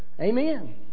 amen